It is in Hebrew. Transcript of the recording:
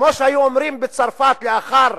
כמו שהיו אומרים בצרפת לאחר